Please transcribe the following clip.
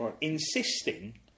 insisting